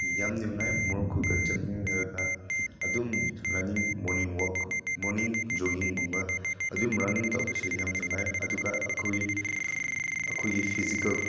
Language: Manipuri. ꯌꯥꯝ ꯅꯨꯡꯉꯥꯏ ꯃꯔꯨꯞꯈꯣꯏꯒ ꯆꯪꯃꯤꯟꯅꯔꯒ ꯑꯗꯨꯝ ꯔꯟꯅꯤꯡ ꯃꯣꯔꯅꯤꯡ ꯋꯥꯛ ꯃꯣꯔꯅꯤꯡ ꯖꯣꯒꯤꯡꯒꯨꯝꯕ ꯑꯗꯨꯝ ꯔꯟ ꯇꯧꯕꯁꯦ ꯌꯥꯝ ꯅꯨꯡꯉꯥꯏ ꯑꯗꯨꯒ ꯑꯩꯈꯣꯏ ꯑꯩꯈꯣꯏꯒꯤ ꯐꯤꯖꯤꯀꯦꯜ